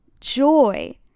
joy